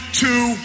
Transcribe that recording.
two